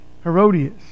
Herodias